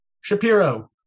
Shapiro